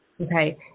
Okay